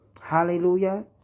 Hallelujah